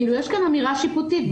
יש כאן אמירה שיפוטית,